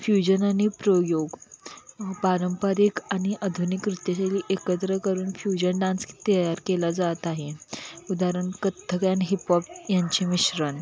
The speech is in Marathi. फ्युजन आणि प्रयोग पारंपरिक आणि आधुनिक नृत्यशैली एकत्र करून फ्युजन डान्स तयार केला जात आहे उदाहरण कथ्थक आणि हिपहॉप यांचे मिश्रण